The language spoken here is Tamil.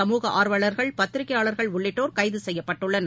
சமூக ஆர்வலர்கள் பத்திரிகையாளர்கள் உள்ளிட்டோர் கைதுசெய்யப்பட்டுள்ளனர்